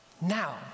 now